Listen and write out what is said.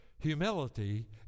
Humility